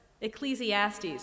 Ecclesiastes